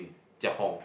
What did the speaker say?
jiak hong